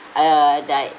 uh like